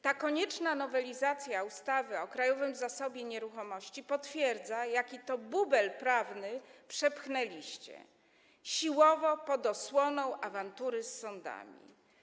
Ta konieczna nowelizacja ustawy o Krajowym Zasobie Nieruchomości potwierdza, jaki to bubel prawny przepchnęliście siłowo, pod osłoną awantury z sądami.